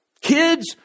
Kids